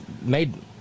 made